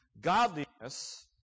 Godliness